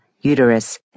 uterus